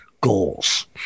goals